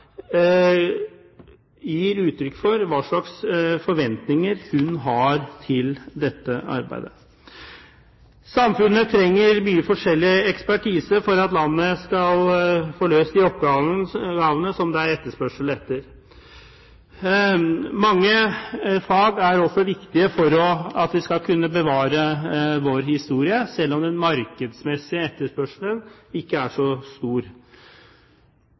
gir uttrykk for hva slags forventninger hun har til dette arbeidet. Samfunnet trenger mye forskjellig ekspertise for at landet skal få løst de oppgavene som det er etterspørsel etter. Mange fag er også viktige for at vi skal kunne bevare vår historie, selv om den markedsmessige etterspørselen ikke er så stor.